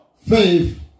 faith